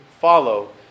follow